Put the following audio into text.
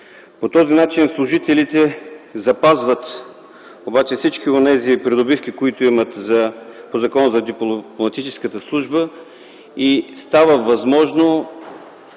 По този начин служителите запазват обаче всички онези придобивки, които имат по Закона за дипломатическата служба, и става възможна